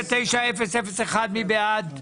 39001. מי בעד?